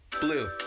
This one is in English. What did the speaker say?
Blue